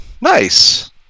nice